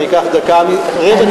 אני אקח דקה, רבע דקה.